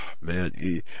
Man